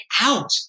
out